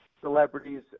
celebrities